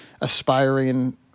aspiring